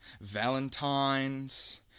Valentine's